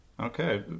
Okay